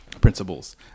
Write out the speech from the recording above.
principles